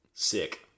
Sick